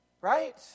Right